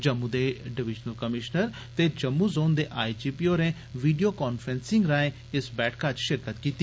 जम्मू दे divisional commissioner ते Jammu zone दे आईजीपी होरें वीडियो कांफ्रैंसिंग राए इस बैठका च शिरकत कीती